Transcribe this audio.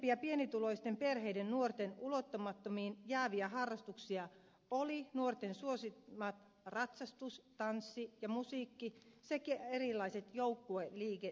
yleisempiä pienituloisten perheiden nuorten ulottumattomiin jääviä harrastuksia olivat nuorten suosimat ratsastus tanssi ja musiikki sekä erilaiset joukkueliikuntalajit